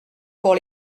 pour